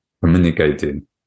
communicating